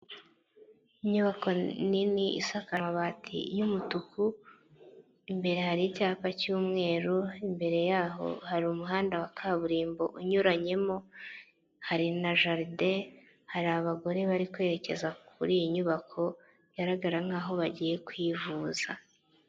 Inyubako nini isakaje amabati y'umutuku imbere hari icyapa cy'umweru, imbere yaho hari umuhanda wa kaburimbo unyuranyemo hari na jaride hari abagore bari kwerekeza kuri iyi nyubako bigaragara nkaho bagiye kwivuza.